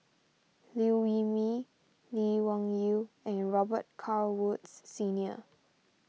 Liew Wee Mee Lee Wung Yew and your Robet Carr Woods Senior